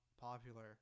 popular